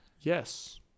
Yes